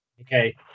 okay